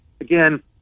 again